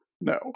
No